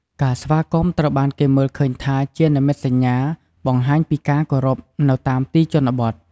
ការស្វាគមន៍ ត្រូវបានគេមើលឃើញថាជានិមិត្តសញ្ញាបង្ហាញពីការគោរពនៅតាមទីជនបទ។